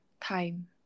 time